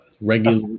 regular